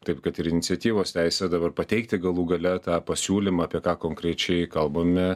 taip kad ir iniciatyvos teisė dabar pateikti galų gale tą pasiūlymą apie ką konkrečiai kalbame